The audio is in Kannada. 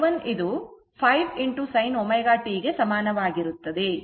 ಮತ್ತು i2 10 sin ω t 60 o ಗೆ ಸಮಾನವಾಗಿರುತ್ತದೆ